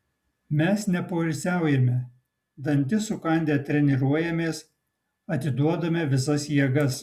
mes nepoilsiaujame dantis sukandę treniruojamės atiduodame visas jėgas